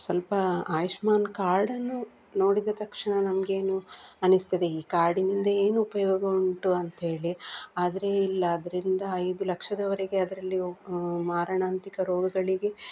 ಸ್ವಲ್ಪ ಆಯುಷ್ಮಾನ್ ಕಾರ್ಡನ್ನು ನೋಡಿದ ತಕ್ಷಣ ನಮಗೇನು ಅನ್ನಿಸ್ತದೆ ಈ ಕಾರ್ಡಿನಿಂದ ಏನು ಉಪಯೋಗ ಉಂಟು ಅಂಥೇಳಿ ಆದರೆ ಇಲ್ಲಿ ಅದರಿಂದ ಐದು ಲಕ್ಷದವರೆಗೆ ಅದರಲ್ಲಿ ಮಾರಣಾಂತಿಕ ರೋಗಗಳಿಗೆ